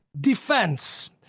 defense